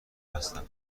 هستم